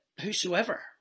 whosoever